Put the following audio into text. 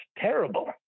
Terrible